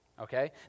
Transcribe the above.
Okay